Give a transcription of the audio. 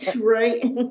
right